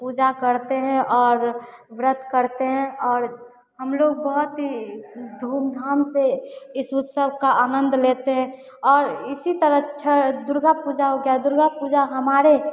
पूजा करती हैं और व्रत करती हैं और हमलोग बहुत ही धूमधाम से इस उत्सव का आनन्द लेते हैं और इसी तरह छ दुर्गा पूजा हो गई दुर्गा पूजा हमारे